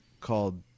called